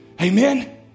Amen